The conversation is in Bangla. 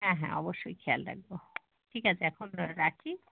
হ্যাঁ হ্যাঁ অবশ্যই খেয়াল রাখবো ঠিক আছে এখন র রাখি